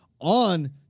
on